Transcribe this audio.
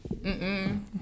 Mm-mm